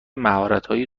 مهارتهای